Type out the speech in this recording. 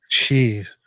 Jeez